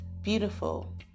beautiful